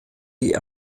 die